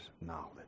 knowledge